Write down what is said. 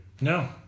no